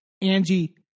Angie